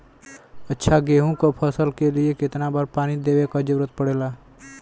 अच्छा गेहूँ क फसल के लिए कितना बार पानी देवे क जरूरत पड़ेला?